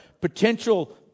potential